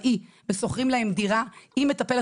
שוכרים להם דירה באופן עצמאי עם מטפל,